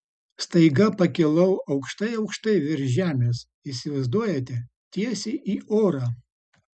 staiga pakilau aukštai aukštai virš žemės įsivaizduojate tiesiai į orą